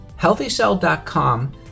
HealthyCell.com